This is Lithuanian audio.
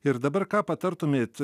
ir dabar ką patartumėt